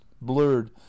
blurred